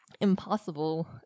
impossible